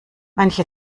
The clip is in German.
manche